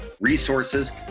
resources